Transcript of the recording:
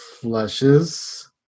flushes